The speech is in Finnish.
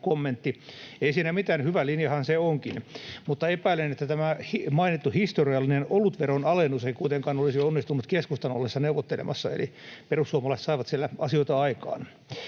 Ei siinä mitään, hyvä linjahan se onkin. Mutta epäilen, että tämä mainittu historiallinen olutveron alennus ei kuitenkaan olisi onnistunut keskustan ollessa neuvottelemassa, eli perussuomalaiset saivat siellä asioita aikaan.